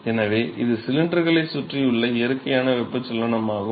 எனவே இது சிலிண்டர்களைச் சுற்றியுள்ள இயற்கையான வெப்பச்சலனமாகும்